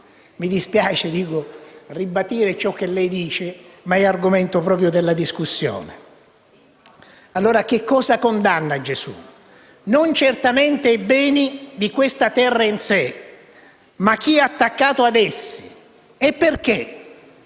Mi dispiace contraddirla, Presidente, ma è argomento proprio della discussione. Che cosa condanna allora Gesù? Non certamente i beni di questa terra in sé, ma chi è attaccato ad essi. E perché?